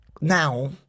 now